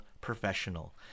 professional